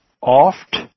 oft